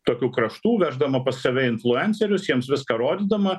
tokių kraštų veždama pas save influencerius jiems viską rodydama